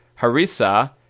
harissa